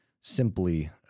simply